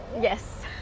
yes